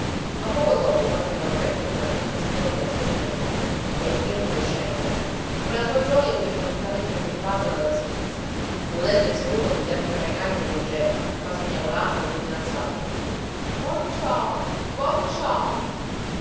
ma poco dopo quando il vaporetto finalmente si fu ormeggiato nel molo e il cleen poté scenderne quella sua gioja fu improvvisamente turbata dalla stizza udendo il saluto che gli altri marinaj rivolgevano quasi miagolando al suo fidanzato bon cion